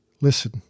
Listen